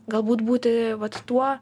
galbūt būti vat tuo